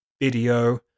video